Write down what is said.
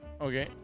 Okay